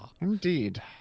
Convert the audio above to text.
Indeed